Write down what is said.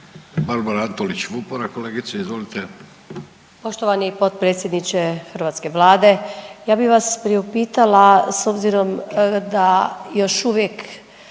**Antolić Vupora, Barbara (SDP)** Poštovani potpredsjedniče hrvatske Vlade, ja bi vas priupitala s obzirom da još uvijek